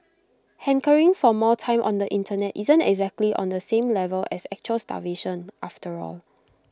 hankering for more time on the Internet isn't exactly on the same level as actual starvation after all